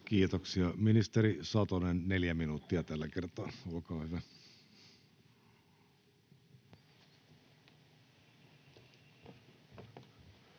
Kiitoksia. — Ministeri Satonen, neljä minuuttia tällä kertaa, olkaa hyvä.